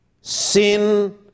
sin